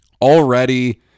already